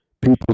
people